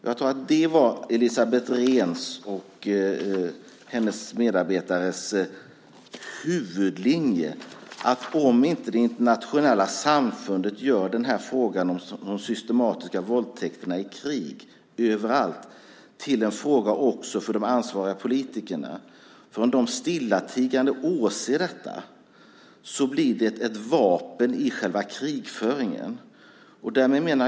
Jag tror att det var Elisabeth Rehns och hennes medarbetares huvudlinje att om inte det internationella samfundet gör frågan om de systematiska våldtäkterna i krig till en fråga också för de ansvariga politikerna - om de stillatigande åser detta - blir det ett vapen i själva krigföringen.